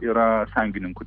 yra sąjungininkų